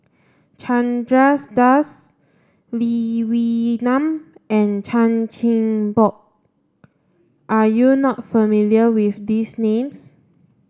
Chandra Das Lee Wee Nam and Chan Chin Bock are you not familiar with these names